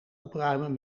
opruimen